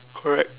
correct